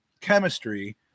chemistry